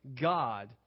God